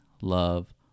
love